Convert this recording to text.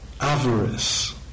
avarice